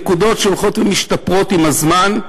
אלה נקודות שהולכות ומשתפרות עם הזמן,